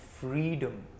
freedom